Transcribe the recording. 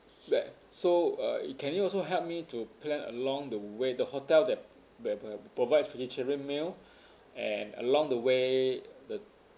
ya so uh you can you also help me to plan along the way the hotel that that uh provides vegetarian meal and along the way the